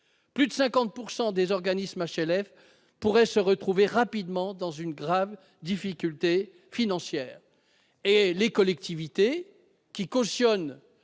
Plus de 50 % des organismes HLM pourraient se retrouver rapidement dans une grave difficulté financière ! Quant aux collectivités territoriales,